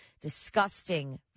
disgusting